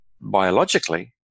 biologically